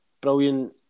Brilliant